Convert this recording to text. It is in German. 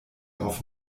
auf